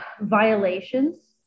violations